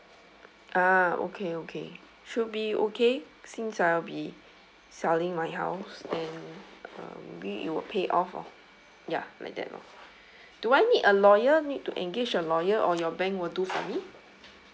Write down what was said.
ah okay okay should be okay since I'll be selling my house and uh maybe it will pay off or like that lor do I need a lawyer need to engage a lawyer or your bank will do for me